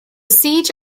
siege